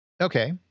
Okay